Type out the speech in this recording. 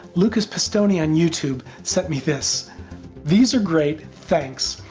lucas pistone yeah on youtube sent me this these are great! thanks!